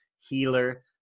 healer